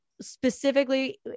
specifically